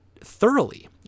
thoroughly